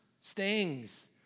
stings